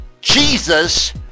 Jesus